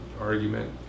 argument